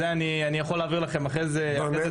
תודה רבה.